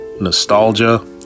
nostalgia